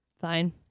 Fine